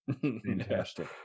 fantastic